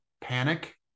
panic